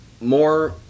more